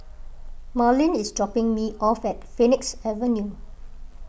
Marlyn is dropping me off at Phoenix Avenue